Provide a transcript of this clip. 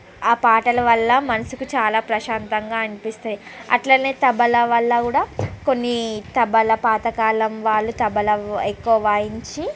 ఆ పాటల వల్ల మనసుకు చాలా ప్రశాంతంగా అనిపిస్తాయి అట్లనే తబలా వల్ల కూడా కొన్ని తబలా పాతకాలం వాళ్ళు తబలా ఎక్కువ వాయించి